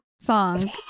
song